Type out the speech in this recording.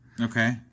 okay